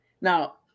Now